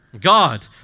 God